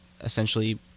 essentially